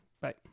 Bye